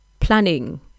planning